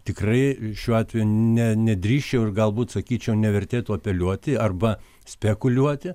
tikrai šiuo atveju ne nedrįsčiau ir galbūt sakyčiau nevertėtų apeliuoti arba spekuliuoti